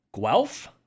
Guelph